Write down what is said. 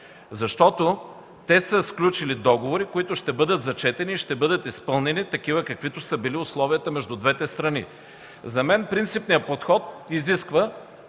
Те са сключили договори, които ще бъдат зачетени и изпълнени, каквито са били условията между двете страни. За мен принципният подход изисква